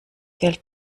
geld